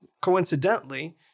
coincidentally